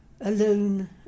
alone